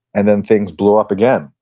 and then things blew up again.